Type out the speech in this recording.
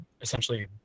essentially